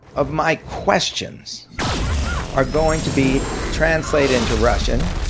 of my questions are going to be translated into russian,